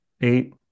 eight